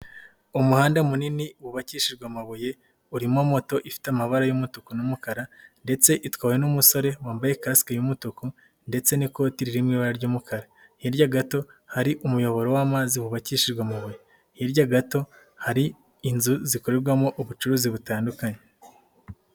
Umuhanda munini wubakishijwe amabuye urimo moto ifite amabara y'umutuku n'umukara ndetse itwawe n'umusore wambaye kasike y'umutuku ndetse n'ikoti riri mu ibara ry'umukara, hirya gato hari umuyoboro w'amazi wubakishijwe amabuye, hirya gato hari inzu zikorerwamo ubucuruzi butandukanye.